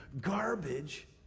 garbage